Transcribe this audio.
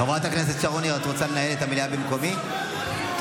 למה לא נותנים לו לדבר?